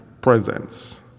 presence